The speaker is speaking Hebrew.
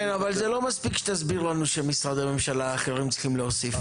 כן אבל זה לא מספיק שתסביר לנו שמשרדי הממשלה האחרים צריכים להוסיף.